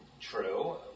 true